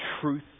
truth